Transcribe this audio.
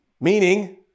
meaning